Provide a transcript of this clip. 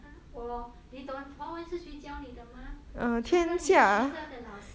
我你懂华文是谁教你的吗除了你的学校的老师